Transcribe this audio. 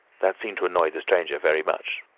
that seemed to annoy the stranger very much.